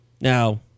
Now